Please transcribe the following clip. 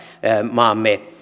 maamme